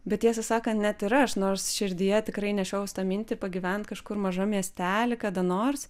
bet tiesą sakant net ir aš nors širdyje tikrai nešiojaus tą mintį pagyvent kažkur mažam miestely kada nors